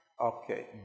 Okay